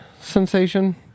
sensation